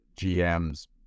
GM's